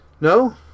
No